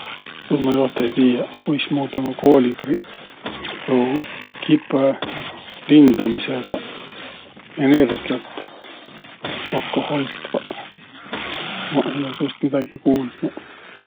Tuud ma joht ei tiiäq, kuismuudu nuuq koolibriq tuu kipõ lindamisõgaq energiät kokko hoitvaq. Maq ei olõq tuust midägi kuuldnuq.